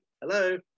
hello